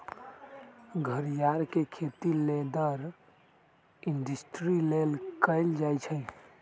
घरियार के खेती लेदर इंडस्ट्री लेल कएल जाइ छइ